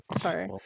Sorry